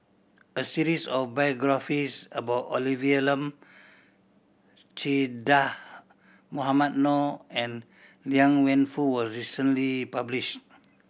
a series of biographies about Olivia Lum Che Dah Mohamed Noor and Liang Wenfu was recently published